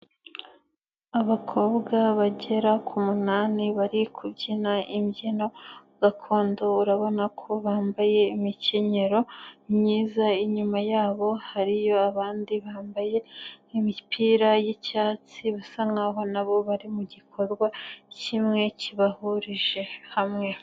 Abakobwa bagera ku munani ,bari kubyina imbyino gakondo, urabona ko bambaye imikenyero myiza, inyuma yabo hariyo abandi bambaye imipira y'icyatsi, basa nk'aho na bo bari mu gikorwa kimwe kibahurije hamwe.